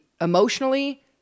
emotionally